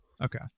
Okay